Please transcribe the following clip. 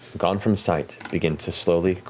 gone from sight, begin to slowly,